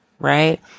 right